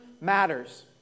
matters